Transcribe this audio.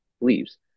leaves